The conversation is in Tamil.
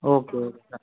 ஓகே ஆ